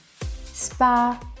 Spa